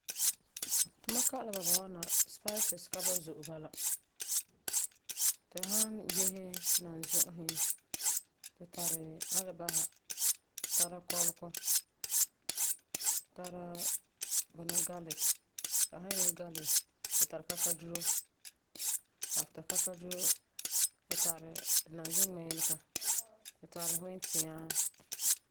Tumam kalam bɔba wa na spices ka ba'am zo'e bala. Tu san yese nanzu'usi, tu tari alebasa, tara kɔlekɔ tara bunɔ, garlic. Tu san yese garlic tu tari kakaduro. After kakaduro tu tari nanzu-ŋmiilega, tu tari wintiaa.